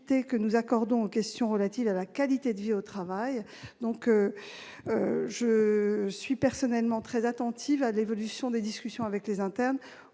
que nous accordons tous aux questions relatives à la qualité de vie au travail. Je suis personnellement très attentive à l'évolution des discussions avec les internes.